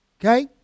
Okay